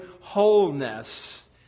wholeness